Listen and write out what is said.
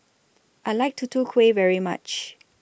I like Tutu Kueh very much